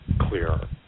clearer